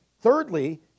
Thirdly